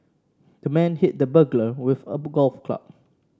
the man hit the burglar with a golf club